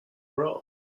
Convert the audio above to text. wrong